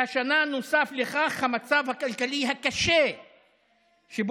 והשנה נוסף לכך המצב הכלכלי הקשה שבו